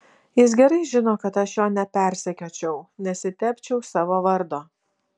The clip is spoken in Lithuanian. jis gerai žino kad aš jo nepersekiočiau nesitepčiau savo vardo